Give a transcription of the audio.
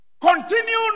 Continue